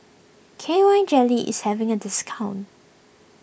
K Y Jelly is having a discount